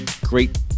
great